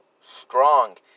strong